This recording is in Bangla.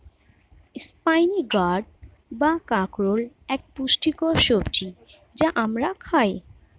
স্পাইনি গার্ড বা কাঁকরোল এক পুষ্টিকর সবজি যা আমরা খাই